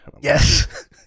Yes